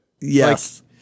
yes